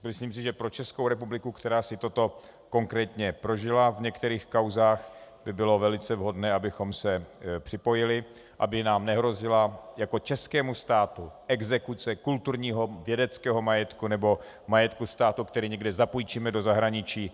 Myslím si, že pro Českou republiku, která si toto konkrétně prožila v některých kauzách, by bylo velice vhodné, abychom se připojili, aby nám nehrozila jako českému státu exekuce kulturního, vědeckého majetku nebo majetku státu, který někde zapůjčíme do zahraničí.